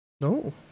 No